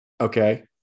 Okay